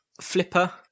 flipper